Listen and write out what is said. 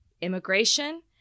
immigration